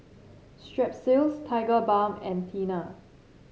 Strepsils Tigerbalm and Tena